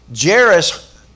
Jairus